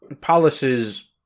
Palace's